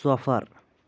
سَفر